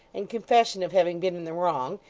and confession of having been in the wrong,